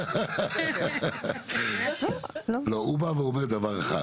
הוא בא ואומר דבר אחד,